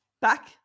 back